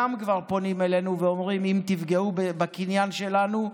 כבר פונים אלינו ואומרים: אם תפגעו בקניין שלנו,